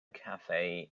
cafe